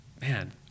man